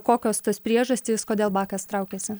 kokios tos priežastys kodėl bakas traukiasi